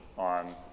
on